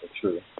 true